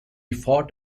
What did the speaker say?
fought